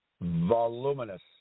voluminous